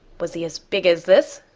was he as big as this?